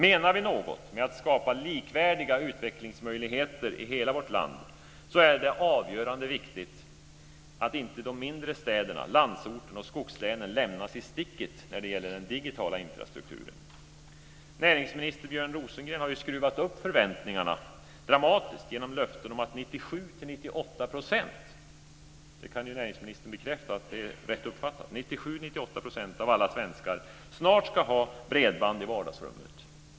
Menar vi något med att skapa likvärdiga utvecklingsmöjligheter i hela vårt land är det avgörande viktigt att inte de mindre städerna, landsorten och skogslänen lämnas i sticket när det gäller den digitala infrastrukturen. Näringsminister Björn Rosengren har skruvat upp förväntningarna dramatiskt genom löften om att 97-98 %- näringsministern kan bekräfta att det är rätt uppfattat - av alla svenskar snart ska ha bredband i vardagsrummet.